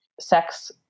sex